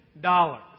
dollars